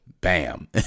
Bam